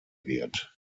wird